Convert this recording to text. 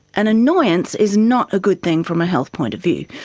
an annoyance is not a good thing from a health point of view.